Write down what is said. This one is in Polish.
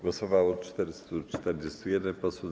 Głosowało 441 posłów.